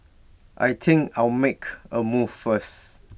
I think I'll make A move first